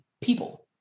people